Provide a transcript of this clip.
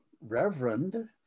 reverend